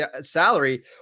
salary